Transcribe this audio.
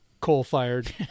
coal-fired